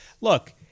look